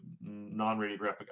non-radiographic